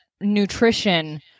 nutrition